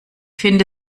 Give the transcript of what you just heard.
finde